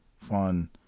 fun